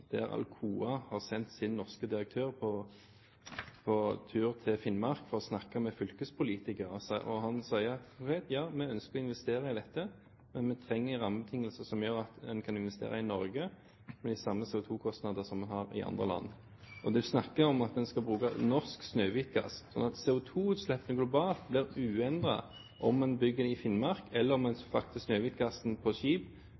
der Alcoa har sendt sin norske direktør på tur til Finnmark for å snakke med fylkespolitikere, sier direktøren at ja, vi ønsker å investere i dette, men vi trenger rammebetingelser som gjør at en kan investere i Norge med de samme CO2-kostnader som en har i andre land. Man snakker om at vi skal bruke norsk Snøhvit-gass, slik at CO2-utslippene globalt blir uendret om en bygger i Finnmark, eller om en frakter Snøhvit-gassen på skip